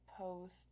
post